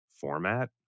format